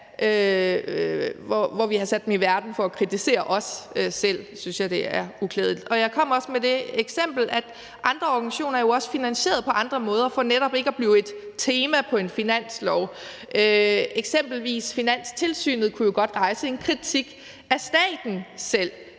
som vi har sat i verden for at kritisere os selv, er det uklædeligt, synes jeg. Og jeg kom også med det eksempel, at andre organisationer jo også er finansieret på andre måder for netop ikke at blive et tema på en finanslov. Eksempelvis kunne Finanstilsynet jo godt selv rejse en kritik af staten.